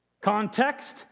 Context